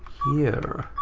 here,